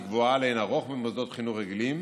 גבוהה לאין ערוך מבמוסדות חינוך רגילים